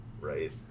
right